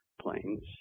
planes